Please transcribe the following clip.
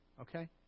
okay